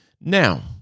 Now